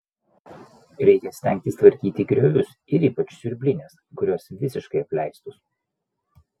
reikia stengtis tvarkyti griovius ir ypač siurblines kurios visiškai apleistos